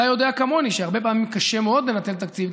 אתה יודע כמוני שהרבה פעמים קשה מאוד לנצל תקציב,